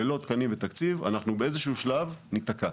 ללא תקנים ותקציב אנחנו באיזשהו שלב ניתקע.